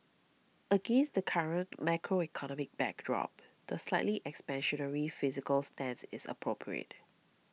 against the current macroeconomic backdrop the slightly expansionary fiscal stance is appropriate